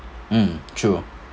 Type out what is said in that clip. mm true